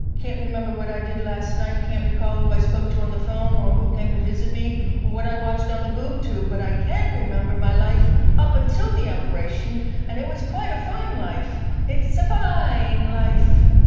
can't remember what i did last night, can't recall who i spoke to on the phone, or who came to visit me, or what i watched on the boob tube but i can remember my life up until the operation and it was quite a fine life it's a fine life.